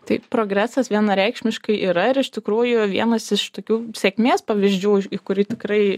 taip progresas vienareikšmiškai yra ir iš tikrųjų vienas iš tokių sėkmės pavyzdžių į kurį tikrai